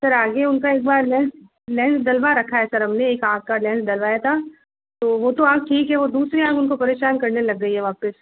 sir आगे उनका एक बार लेंस लेंस डलवा रखा है सर हमने एक आंख का लेंस डलवाया था तो वो तो आंख ठीक है वो दूसरी आंख उनको परेशान करने लग गयी है वापस